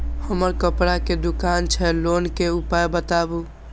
हमर कपड़ा के दुकान छै लोन के उपाय बताबू?